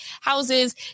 houses